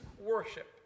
worship